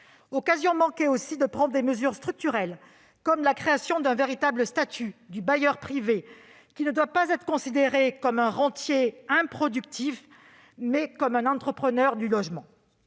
Occasion manquée aussi de prendre des mesures structurelles comme la création d'un véritable statut du bailleur privé, qui ne doit pas être considéré comme un rentier improductif, mais comme un entrepreneur du logement.